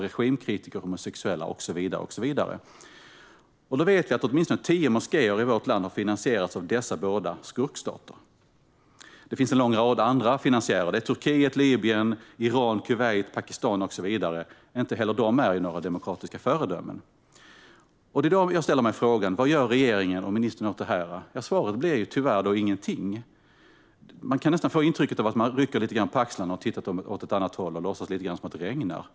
Regimkritiker och homosexuella förföljs och så vidare och så vidare. Jag vet att åtminstone tio moskéer i vårt land har finansierats av dessa båda skurkstater. Det finns en lång rad andra finansiärer: Turkiet, Libyen, Iran, Kuwait, Pakistan med flera. Inte heller de är några demokratiska föredömen. Jag ställer mig frågan: Vad gör regeringen och ministern åt detta? Svaret blir tyvärr: ingenting. Man kan nästan få intrycket att de rycker lite på axlarna, tittar åt ett annat håll och låtsas som att det regnar.